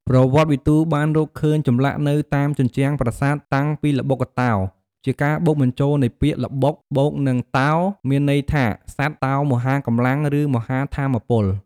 ប្រវត្តិវិទូបានរកឃើញចម្លាក់នៅតាមជញ្ជាំងប្រាសាទតាំងពីល្បុក្កតោ ជាការបូកបញ្ចូលនៃពាក្យ «ល្បុក» បូកនឹង «តោ» មានន័យថាសត្វតោមហាកម្លាំង ឬមហាថាមពល។